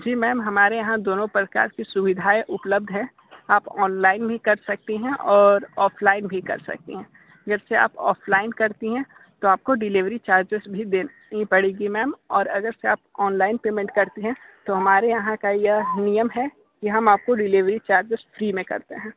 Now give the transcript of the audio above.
जी ma'am हमारे यहाँ दोनों प्रकार की सुविधाएं उपलब्ध हैं आप ऑनलाइन भी कर सकती हैं और ऑफलाइन भी कर सकती हैं जब से आप ऑफलाइन करती हैं तो आपको डिलीवरी चार्जेज भी देनी पड़ेगी मैम और अगर से आप ऑनलाइन पेमेंट करती हैं तो हमारे यहाँ का यह नियम है कि हम आपको डिलीवरी चार्जेज फ्री में करते हैं